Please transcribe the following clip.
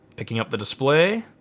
picking up the display.